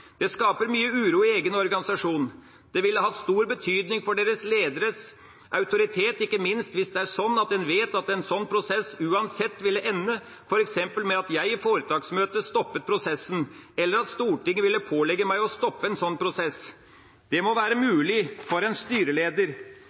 Det skaper mye uro i egen organisasjon. Det ville hatt stor betydning for deres lederes autoritet, ikke minst hvis det er sånn at en vet at en sånn prosess uansett ville ende f.eks. med at jeg i foretaksmøtet stoppet prosessen, eller at Stortinget ville pålegge meg å stoppe en sånn prosess. Det må være mulig for en styreleder,